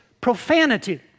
profanity